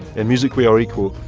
and music, we are equal,